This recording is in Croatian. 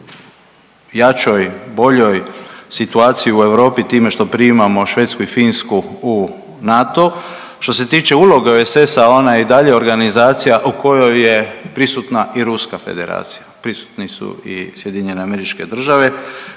jačoj i boljoj situaciji u Europi time što primamo Švedsku i Finsku u NATO. Što se tiče uloge OESS-a ona je i dalje organizacija u kojoj je prisutna i Ruska Federacija, prisutni su i SAD. Nedavno